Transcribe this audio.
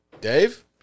Dave